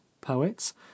poets